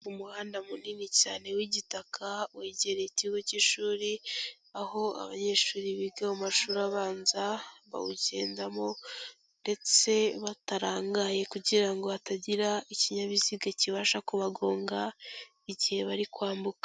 Umuhanda munini cyane w'igitaka wegereye ikigo cy'ishuri, aho abanyeshuri biga mu mashuri abanza bawugendamo ndetse batarangaye kugira ngo hatagira ikinyabiziga kibasha kubagonga igihe bari kwambuka.